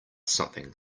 something